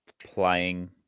playing